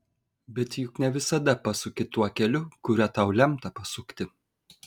bet juk ne visada pasuki tuo keliu kuriuo tau lemta pasukti